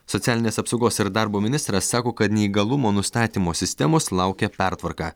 socialinės apsaugos ir darbo ministras sako kad neįgalumo nustatymo sistemos laukia pertvarka